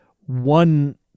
one